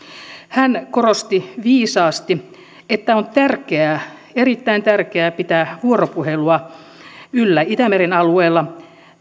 hän korosti viisaasti että on erittäin tärkeää pitää yllä vuoropuhelua itämeren alueella